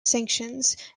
sanctions